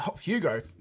hugo